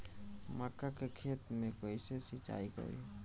मका के खेत मे कैसे सिचाई करी?